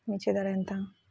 మిర్చి ధర ఎంత?